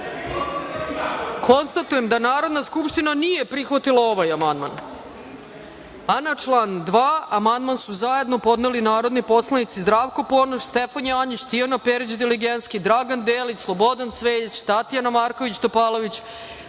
poslanika. Konstatujem da Narodna skupština nije prihvatila ovaj amandman. Na član 2. amandman su zajedno podneli narodni poslanici Zdravko Ponoš, Stefan Janjić, Tijana Perić Deligenski, Dragan Delić, Slobodan Cvejić, Tatjana Marković Topalović,